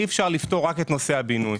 אי אפשר לפתור רק את נושא הבינוי.